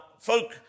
folk